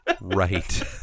right